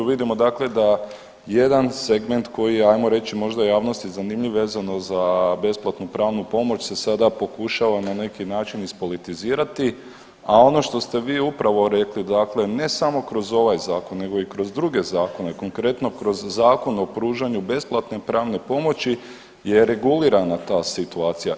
Vidimo dakle da jedan segment koji je hajmo reći možda javnosti zanimljiv vezano za besplatnu pravnu pomoć se sada pokušava na neki način ispolitizirati, a ono što ste vi upravo rekli dakle ne samo kroz ovaj zakon, nego i kroz druge zakone, konkretno kroz Zakon o pružanju besplatne pravne pomoći je regulirana ta situacija.